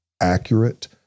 accurate